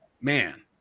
man